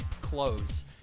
clothes